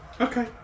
okay